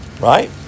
Right